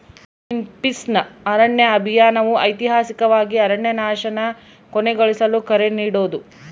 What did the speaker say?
ಗ್ರೀನ್ಪೀಸ್ನ ಅರಣ್ಯ ಅಭಿಯಾನವು ಐತಿಹಾಸಿಕವಾಗಿ ಅರಣ್ಯನಾಶನ ಕೊನೆಗೊಳಿಸಲು ಕರೆ ನೀಡೋದು